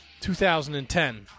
2010